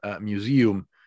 museum